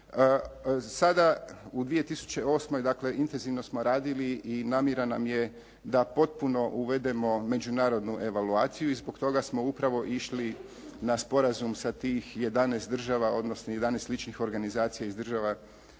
Sada u 2008. dakle intenzivno smo radili i namjera nam je da potpuno uvedemo međunarodnu evaluaciju i zbog toga smo upravo išli na sporazum sa tih 11 država odnosno 11 sličnih organizacija iz država